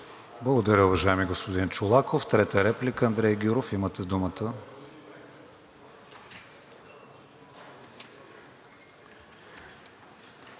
Благодаря, уважаеми господин Чолаков. За трета реплика – Андрей Гюров. Имате думата,